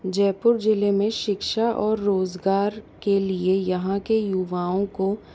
जयपुर ज़िले में शिक्षा और रोज़गार के लिए यहाँ के युवाओं को